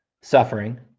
suffering